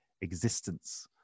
existence